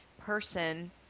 person